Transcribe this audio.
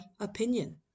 opinion